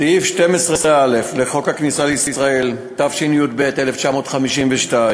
סעיף 12א לחוק הכניסה לישראל, התשי"ב 1952,